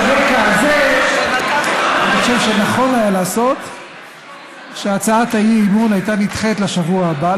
על הרקע הזה אני חושב שנכון היה שהצעת האי-אמון הייתה נדחית לשבוע הבא.